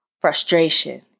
frustration